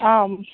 आं